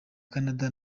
canada